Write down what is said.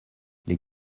les